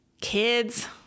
kids